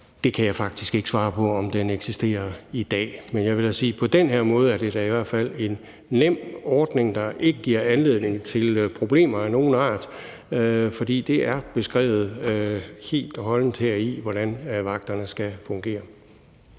Det kan jeg faktisk ikke svare på om eksisterer i dag, men jeg vil sige, at på den her måde er det da i hvert fald en nem ordning, der ikke giver anledning til problemer af nogen art, for det er beskrevet helt og holdent heri, hvordan vagterne skal fungere.